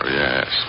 yes